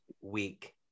week